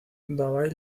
davall